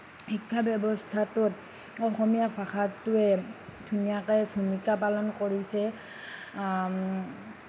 শিক্ষা ব্যৱস্থাটোত অসমীয়া ভাষাটোৱে ধুনীয়াকৈ ভূমিকা পালন কৰিছে